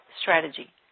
strategy